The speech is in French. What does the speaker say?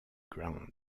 grant